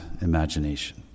imagination